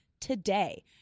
today